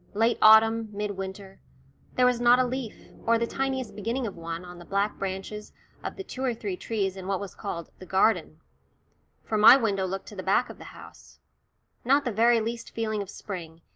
late autumn, mid-winter there was not a leaf, or the tiniest beginning of one, on the black branches of the two or three trees in what was called the garden for my window looked to the back of the house not the very least feeling of spring,